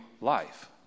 life